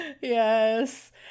Yes